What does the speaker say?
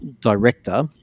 director